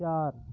چار